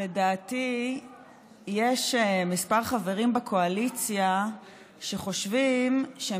לדעתי יש כמה חברים בקואליציה שחושבים שהם